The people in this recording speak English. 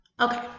Okay